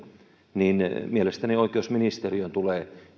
niin mielestäni oikeusministeriön tulee